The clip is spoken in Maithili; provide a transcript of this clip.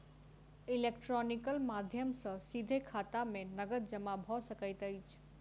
इलेक्ट्रॉनिकल माध्यम सॅ सीधे खाता में नकद जमा भ सकैत अछि